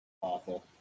Awful